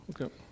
Okay